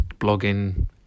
blogging